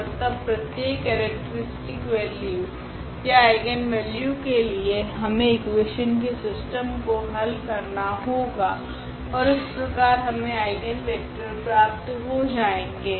ओर तब प्रत्येक characteristic value या आइगनवेल्यू के लिए हमे इकुवेशन के सिस्टम को हल करना होगा ओर इस प्रकार हमे आइगनवेक्टरस प्राप्त हो जाएगे